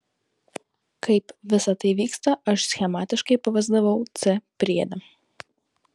kaip visa tai vyksta aš schematiškai pavaizdavau c priede